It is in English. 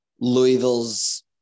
Louisville's –